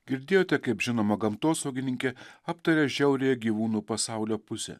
girdėjote kaip žinoma gamtosaugininkė aptaria žiauriąją gyvūnų pasaulio pusę